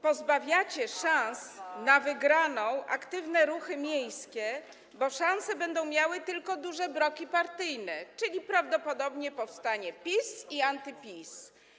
Pozbawiacie szans na wygraną aktywne ruchy miejskie, bo szanse będą miały tylko duże bloki partyjne, czyli prawdopodobnie powstanie PiS i anty-PiS.